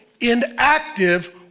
inactive